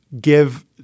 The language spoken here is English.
give